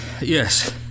yes